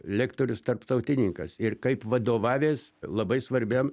lektorius tarptautininkas ir kaip vadovavęs labai svarbiam